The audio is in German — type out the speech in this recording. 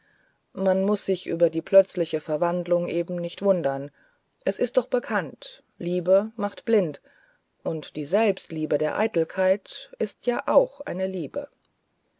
man muß sich über die plötzliche verwandlung eben nicht wundern ist es doch bekannt liebe macht blind und die selbstliebe der eitelkeit ist ja auch eine liebe